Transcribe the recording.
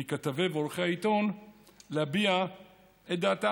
מכתבי ועורכי העיתון להביע את דעתם.